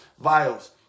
vials